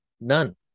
None